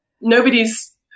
nobody's